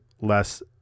less